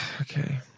Okay